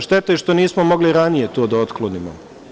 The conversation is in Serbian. Šteta je što nismo mogli ranije to da otklonimo.